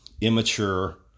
immature